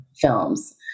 films